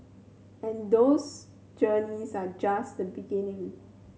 and those journeys are just the beginning